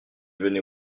venait